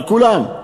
על כולם.